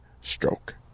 stroke